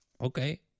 Okay